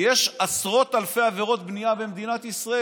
יש עשרות אלפי עבירות בנייה במדינת ישראל.